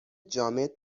جامد